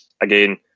again